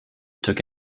took